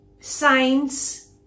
science